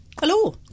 Hello